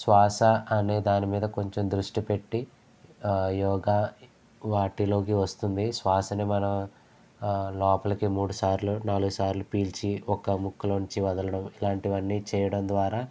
శ్వాస అనే దాని మీద కొంచెం దృష్టి పెట్టి యోగ వాటిలోకి వస్తుంది శ్వాసని మనం లోపలికి మూడుసార్లు నాలుగు సార్లు పీల్చి ఒక ముక్కలో నుంచి వదలడం ఇలాంటివన్నీ చేయడం ద్వారా